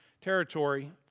territory